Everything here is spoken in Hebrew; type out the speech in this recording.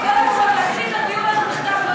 עם כל הכבוד, להקריא, תביאו לנו מכתב.